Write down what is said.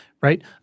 right